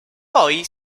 poi